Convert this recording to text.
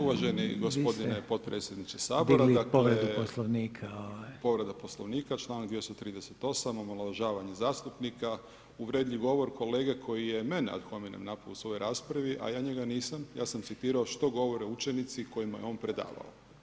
Uvaženi gospodine potpredsjedniče Sabora, povreda Poslovnika čl. 238. omalovažavanje zastupnika, uvredljiv govor kolege, koji je mene ad hominem napao u svojoj raspravi, a ja njega nisam, ja sam citirao što govore učenici, kojima je on predavao.